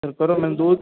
sir पता नहीं मैंने दो